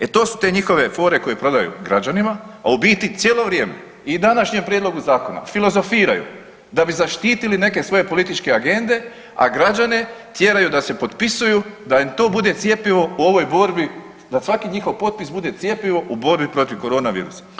E to su te njihove fore koje prodaju građanima, a u biti cijelo vrijeme i u današnjem prijedlogu zakona filozofiraju da bi zaštitili neke svoje političke agende, a građane tjeraju da se potpisuju da im to bude cjepivo u ovoj borbi da svaki njihov potpis bude cjepivo u borbi protiv koronavirusa.